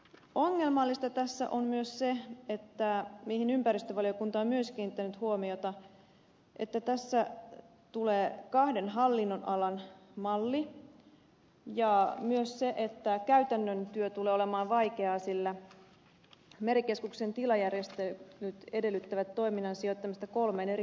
ongelmallista tässä on myös se mihin ympäristövaliokunta on myös kiinnittänyt huomiota että tässä tulee kahden hallinnonalan malli ja myös se että käytännön työ tulee olemaan vaikeaa sillä merikeskuksen tilajärjestelyt edellyttävät toiminnan sijoittamista kolmeen eri toimipisteeseen